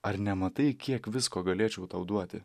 ar nematai kiek visko galėčiau tau duoti